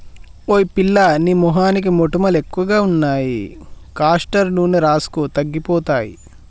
ఓయ్ పిల్లా నీ మొహానికి మొటిమలు ఎక్కువగా ఉన్నాయి కాస్టర్ నూనె రాసుకో తగ్గిపోతాయి